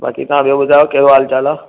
बाक़ी तव्हां ॿियो ॿुधायो कहिड़ो हाल चाल आहे